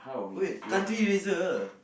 wait country eraser